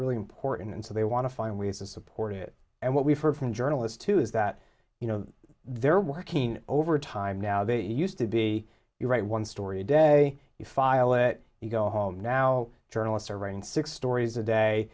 really important and so they want to find ways to support it and what we've heard from journalists too is that you know they're working overtime now they used to be the right one story day you file it you go home now journalists are writing six stories a day